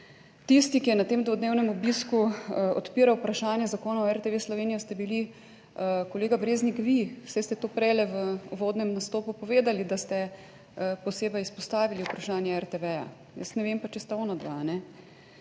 Tisti, ki je na tem dvodnevnem obisku odpiral vprašanje Zakona o RTV Slovenija, ste bili kolega Breznik vi, saj ste to prej v uvodnem nastopu povedali, da ste posebej izpostavili vprašanje RTV. Jaz ne vem pa če sta onadva.